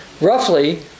roughly